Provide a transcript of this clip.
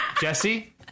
Jesse